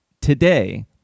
today